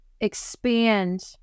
expand